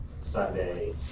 Sunday